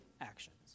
actions